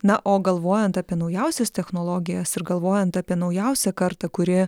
na o galvojant apie naujausias technologijas ir galvojant apie naujausią kartą kuri